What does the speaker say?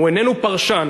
הוא איננו פרשן.